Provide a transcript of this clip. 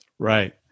Right